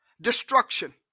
destruction